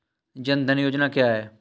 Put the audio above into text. जनधन योजना क्या है?